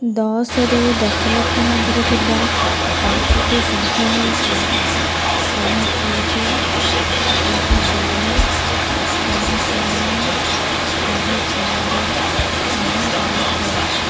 ଦଶ ରୁ ଦଶ ଲକ୍ଷ ମଧ୍ୟରେ ଥିବା ପାଞ୍ଚଟି ସଂଖ୍ୟା ହେଉଛି ଶହେ ଏକେ ଶହେ ଦୁଇ ଶହେ ତିନି ଶହେ ଚାରି ଶହେ ଦଶ